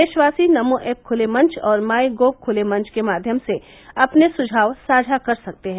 देशवासी नमो ऐप खुले मंच और माइ गोव ख्ले मंच के माध्यम से अपने सुझाव साझा कर सकते हैं